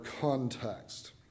context